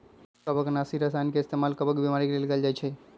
कवकनाशी रसायन के इस्तेमाल कवक बीमारी के लेल कएल जाई छई